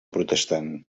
protestant